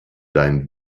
dein